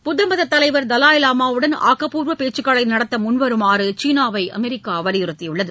புத்தமதத் தலைவர் தலாய் லாமாவுடன் ஆக்கப்பூர்வ பேச்சுக்களை நடத்த முன்வருமாறு சீனாவை அமெரிக்கா வலியுறுத்தியுள்ளது